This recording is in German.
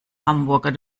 hamburger